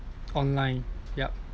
online yup